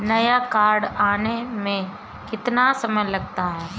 नया कार्ड आने में कितना समय लगता है?